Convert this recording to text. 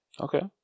Okay